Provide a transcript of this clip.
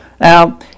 Now